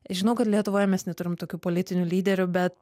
žinau kad lietuvoje mes neturim tokių politinių lyderių bet